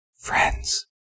Friends